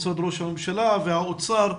משרד ראש הממשלה ומשרד האוצר,